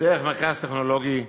דרך המרכז לטכנולוגיה חינוכית.